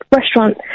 restaurant